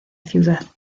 ciudad